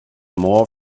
more